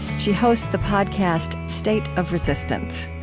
she hosts the podcast state of resistance.